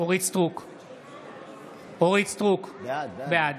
אורית מלכה סטרוק, בעד